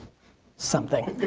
something.